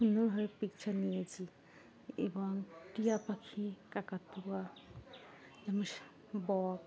সুন্দরভাবে পিকচার নিয়েছি এবং টিয়া পাখি কাকাতুয়া